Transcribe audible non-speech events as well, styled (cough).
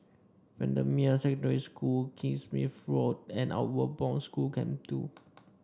Bendemeer Secondary School Kingsmead (unintelligible) Road and Outward Bound School Camp Two